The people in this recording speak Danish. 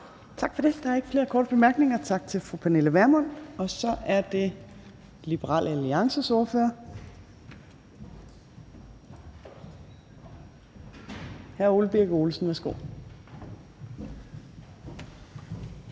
Tak for det. Der er ikke flere korte bemærkninger. Tak til fru Pernille Vermund. Så er det Liberal Alliances ordfører. Hr. Ole Birk Olesen, værsgo.